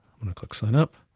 i'm gonna click sign up.